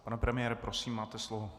Pane premiére, prosím, máte slovo.